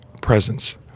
presence